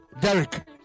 Derek